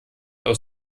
aus